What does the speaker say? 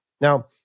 Now